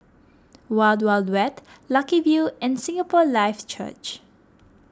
Wild Wild Wet Lucky View and Singapore Life Church